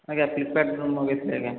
ଆଜ୍ଞା ଫ୍ଳିପକାର୍ଟରୁ ମଗେଇଥିଲି ଆଜ୍ଞା